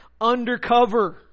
undercover